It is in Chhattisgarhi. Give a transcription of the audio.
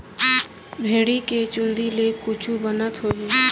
भेड़ी के चूंदी ले कुछु बनत होही?